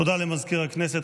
תודה למזכיר הכנסת.